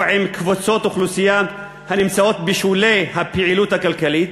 עם קבוצות אוכלוסייה הנמצאות בשולי הפעילות הכלכלית,